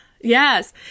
yes